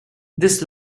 this